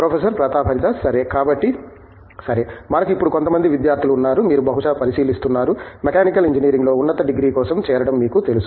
professor Pratap Haridas సరే కాబట్టి సరే మనకు ఇప్పుడు కొంతమంది విద్యార్థులు ఉన్నారు వీరు బహుశా పరిశీలిస్తున్నారు మెకానికల్ ఇంజనీరింగ్లో ఉన్నత డిగ్రీ కోసం చేరడం మీకు తెలుసు